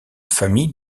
famille